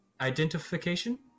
identification